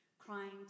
crying